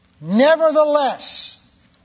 Nevertheless